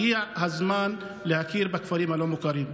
הגיע הזמן להכיר בכפרים הלא-מוכרים.